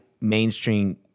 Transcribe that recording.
mainstream